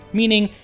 meaning